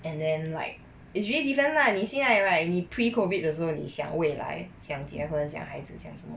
and then like it's really different lah 你心爱 right 你 pre COVID 的时候你想未来想结婚想孩子想什么